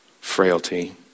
frailty